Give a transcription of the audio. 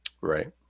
Right